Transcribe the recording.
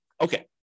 Okay